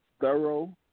thorough